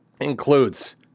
includes